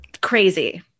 Crazy